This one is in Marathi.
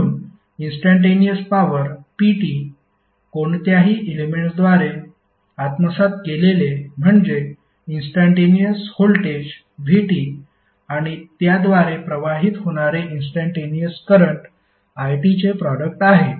म्हणून इंस्टंटेनिअस पॉवर pt कोणत्याही एलेमेंट्सद्वारे आत्मसात केलेले म्हणजे इंस्टंटेनिअस व्होल्टेज vt आणि त्याद्वारे प्रवाहित होणारे इंस्टंटेनिअस करंट it चे प्रोडक्ट आहे